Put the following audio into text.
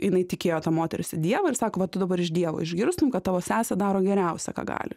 jinai tikėjo ta moteris į dievą ir sako va tu dabar iš dievo išgirstum kad tavo sesė daro geriausia ką gali